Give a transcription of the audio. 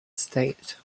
state